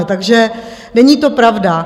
Takže není to pravda.